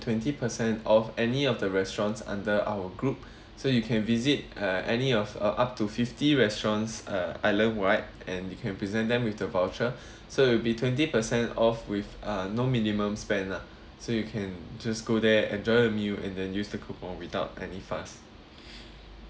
twenty percent off any of the restaurants under our group so you can visit uh any of up to fifty restaurants uh island wide and you can present them with the voucher so it will be twenty percent off with uh no minimum spend lah so you can just go there enjoy a meal and then use the coupon without any fuss